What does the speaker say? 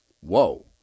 whoa